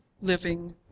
living